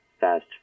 fast